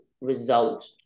result